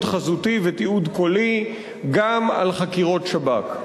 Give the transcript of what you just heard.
חזותי ותיעוד קולי גם על חקירות שב"כ.